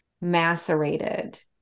macerated